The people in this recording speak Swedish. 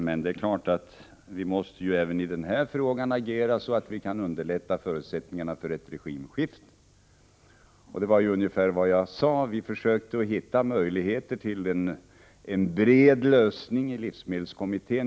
Men det är klart att vi även i den här frågan måste agera så, att vi kan öka förutsättningarna för ett regimskifte. Det är ungefär vad jag sade. I livsmedelskommittén försökte vi att hitta möjligheter till en bred lösning.